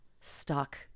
stuck